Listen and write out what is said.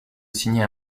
signer